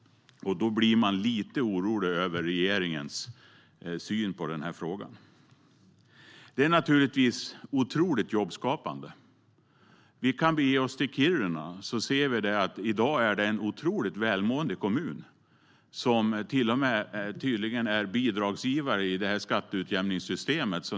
Då blir man lite orolig över regeringens syn på frågan. Det är naturligtvis otroligt jobbskapande. Vi kan bege oss till Kiruna. Vi ser där att det i dag är en otroligt välmående kommun, som till och med, tydligen, är bidragsgivare i skatteutjämningssystemet.